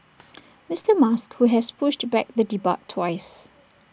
Mister musk who has pushed back the debut twice